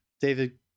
david